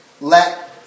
Let